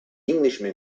englishman